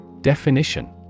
Definition